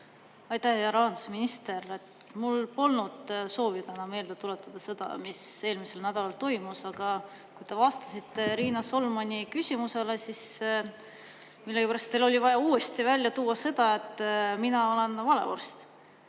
Aitäh! Hea rahandusminister! Mul polnud soovi täna meelde tuletada seda, mis eelmisel nädalal toimus, aga kui te vastasite Riina Solmani küsimusele, mille juures teil oli vaja uuesti välja tuua seda, et mina olen valevorst